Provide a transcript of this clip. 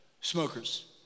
smokers